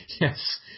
Yes